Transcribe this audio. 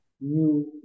new